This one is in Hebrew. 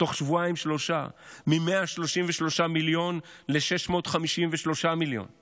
תוך שבועיים-שלושה מ-133 מיליון שקלים ל-653 מיליון שקלים.